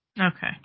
Okay